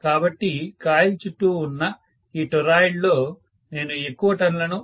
కాబట్టి కాయిల్ చుట్టూ ఉన్న ఈ టొరాయిడ్ లో నేను ఎక్కువ టర్న్ లను చేయబోతున్నాను